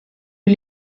eut